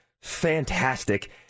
fantastic